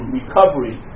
recovery